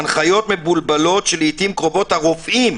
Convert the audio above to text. הנחיות מבולבלות, שלעיתים קרובות הרופאים,